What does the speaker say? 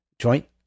joint